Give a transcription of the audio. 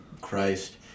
Christ